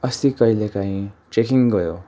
अस्ति कहिले कहीँ ट्रेकिङ गयो